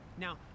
Now